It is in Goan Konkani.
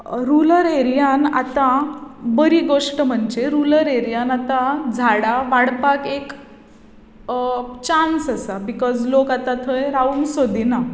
रूलर एरियात आतां बरी गोश्ट म्हणचे रूलर एरियांत आतां झाडां वाडपाक एक चान्स आसा बिकोझ लोक आतां थंय रावूंक सोदिना